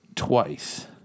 twice